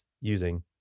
using